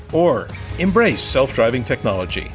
or embrace self-driving technology?